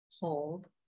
Hold